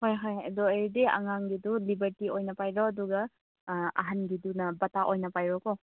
ꯍꯣꯏ ꯍꯣꯏ ꯑꯗꯨ ꯑꯣꯏꯔꯗꯤ ꯑꯉꯥꯡꯒꯤꯗꯨ ꯂꯤꯕꯔꯇꯤ ꯑꯣꯏꯅ ꯄꯥꯏꯔꯣ ꯑꯗꯨꯒ ꯑꯍꯟꯒꯤꯗꯨꯅ ꯕꯥꯇꯥ ꯑꯣꯏꯅ ꯄꯥꯏꯔꯣꯀꯣ